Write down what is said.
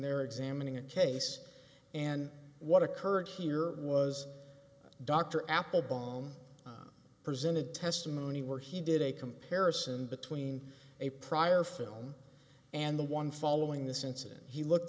they're examining a case and what occurred here was dr appel bomb presented testimony where he did a comparison between a prior film and the one following this incident he looked